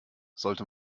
sollte